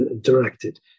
directed